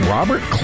Robert